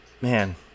man